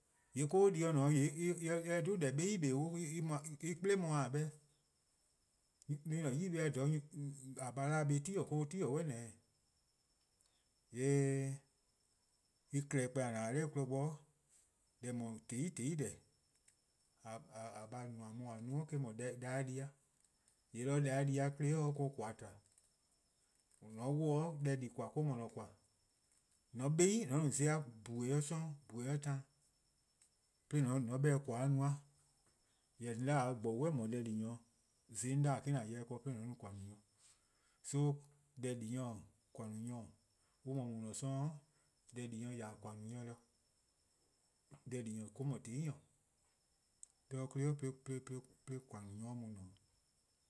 :Yee' 'koko'-du no 'o :mor en 'do deh eh 'beh 'i :beheheh: :dee :yee' en 'kplo+-a mu-a 'o 'beh. En-' 'yi 'beh-a :dha :a :baa' daa en 'ye-a 'ti-dih 'de on 'ti-dih 'suh :dhih 'o. :yee' en-' klehkpeh :a :ne-a dha 'kmo 'o deh :eh no-a :tehn 'i :tehn deh :a :baa' no-a :eh-: 'dhu deh-di-eh, :yee' de deh-a di-a 'klei' 'de :koan' tba. :mor :on 'wluh deh-di :koan' or-: no :an :koan'. :mor :on 'beh 'i :on no zon-a :bhue'-yor 'sororn' :dhue' :yor taan, :yee' jorwor: :on 'beh-dih :koan-' no-a. Jorwor :on 'da-a :gboru: 'suh :mor deh di-nyor 'o. Zon+ 'on :daa me-: :an mu ken :yeh-dih-' 'de :on 'ye koan' no nyor no. So deh di-nyor-: :koan' no-nyor-: on :mor :ne-a 'sororn', deh-di-nyor :ya-dih: :koan' no-nyor de. Deh :di-nyor or-: no :tehn 'i nyor, 'de 'klei' 'de :koan' no 'nyor-a mu ne-'